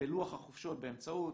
ובלוח החופשות באמצעות